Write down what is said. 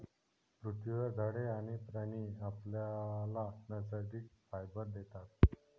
पृथ्वीवरील झाडे आणि प्राणी आपल्याला नैसर्गिक फायबर देतात